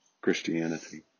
Christianity